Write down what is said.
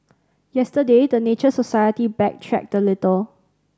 yesterday the Nature Society backtracked a little